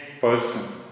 person